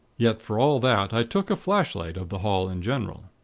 yet, for all that, i took a flashlight of the hall in general.